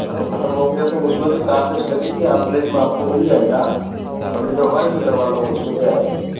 हाँ तो ख़त्म हो गया तो उसमें भी चार्जेस लगेंगे आउटलेट में आपको मिल जाएगा और नहीं तो हमारे से करवालो उसमें क्या है